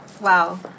wow